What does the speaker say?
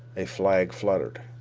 a flag fluttered.